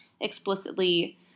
explicitly